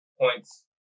points